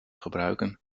gebruiken